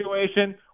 situation